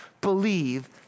believe